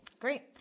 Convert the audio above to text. Great